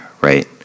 right